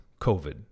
COVID